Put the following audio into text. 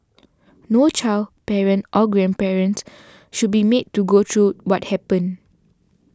no child parent or grandparent should be made to go through what happened